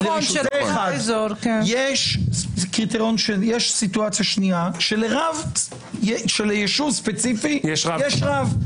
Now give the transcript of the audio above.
יש סיטואציה שנייה שליישוב ספציפי יש רב,